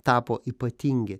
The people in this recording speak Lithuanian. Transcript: tapo ypatingi